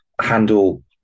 handle